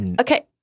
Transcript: Okay